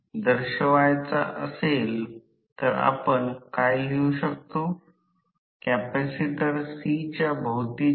म्हणून या भागाला बाह्य वर्तुळ म्हणा हा भाग प्रत्यक्षात हा भाग बाह्य भाग हा प्रत्यक्षात स्टेटर भाग आहे